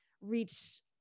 reach